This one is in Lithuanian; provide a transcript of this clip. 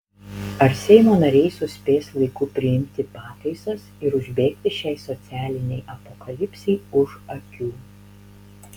ar seimo nariai suspės laiku priimti pataisas ir užbėgti šiai socialinei apokalipsei už akių